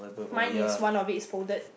mine is one of it is folded